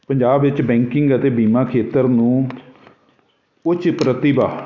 ਪੰਜਾਬ ਵਿੱਚ ਬੈਂਕਿੰਗ ਅਤੇ ਬੀਮਾ ਖੇਤਰ ਨੂੰ ਉੱਚ ਪ੍ਰਤੀਭਾ